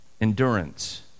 Endurance